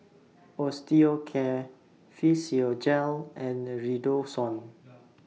Osteocare Physiogel and Redoxon